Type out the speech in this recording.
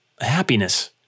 happiness